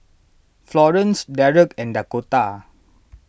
Florence Derek and Dakotah